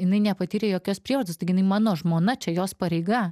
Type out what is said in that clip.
jinai nepatyrė jokios prievartos taigi jinai mano žmona čia jos pareiga